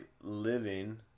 living